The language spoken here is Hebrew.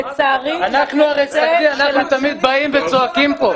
-- לצערי לזה --- אנחנו תמיד באים וצועקים פה.